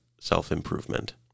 self-improvement